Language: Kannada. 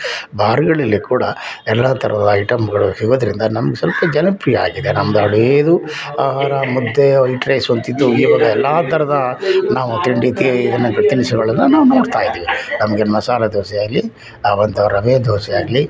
ಬಾರ್ಗಳಲ್ಲಿ ಕೂಡ ಎಲ್ಲ ಥರದ ಐಟಮ್ಗಳು ಸಿಗೋದರಿಂದ ನಮ್ಮ ಸ್ವಲ್ಪ ಜನಪ್ರಿಯವಾಗಿದೆ ನಮ್ದು ಹಳೇದು ಆಹಾರ ಮುದ್ದೆ ವೈಟ್ ರೈಸ್ ಉಣ್ತಿದ್ದು ಈವಾಗ ಎಲ್ಲ ಥರದ ನಾವು ತಿಂಡಿ ತೀ ಇದನ್ನು ತಿನಿಸುಗಳನ್ನು ನಾವು ನೋಡ್ತಾಯಿದ್ದೀವಿ ನಮಗೆ ಮಸಾಲ ದೋಸೆ ಆಗ್ಲಿ ಆ ಒಂದು ರವೆ ದೋಸೆ ಆಗಲಿ